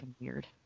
weird